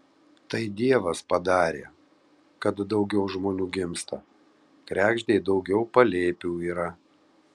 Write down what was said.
tai dievas padarė kad daugiau žmonių gimsta kregždei daugiau palėpių yra